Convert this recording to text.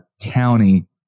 County